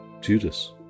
Judas